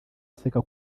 aseka